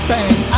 Bang